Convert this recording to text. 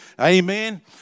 Amen